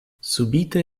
subite